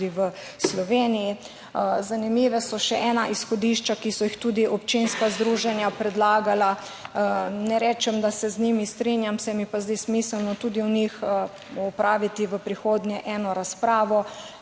tudi v Sloveniji. Zanimiva so še nekatera izhodišča, ki so jih tudi občinska združenja predlagala. Ne rečem, da se z njimi strinjam, se mi pa zdi smiselno tudi o njih opraviti v prihodnje eno razpravo.